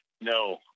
No